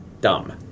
dumb